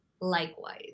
likewise